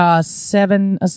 Seven